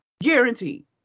Guaranteed